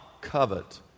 covet